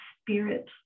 spirit